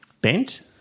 bent